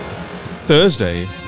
Thursday